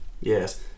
Yes